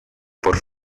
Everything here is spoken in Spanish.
por